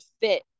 fit